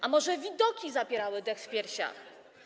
A może widoki zapierały dech w piersiach?